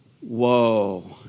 Whoa